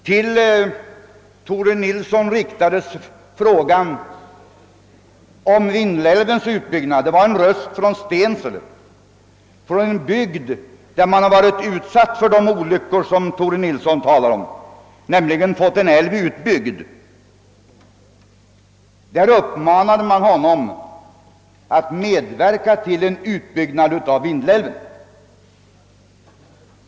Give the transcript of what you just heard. Till Tore Nilsson i Agnäs ställdes frågor om Vindelälvens utbyggnad av en person från Stensele, från en bygd där man varit utsatt för de olyckor Tore Nilsson talar om, nämligen fått en älv utbyggd. Man uppmanade honom att medverka till en utbyggnad av Vindelälven.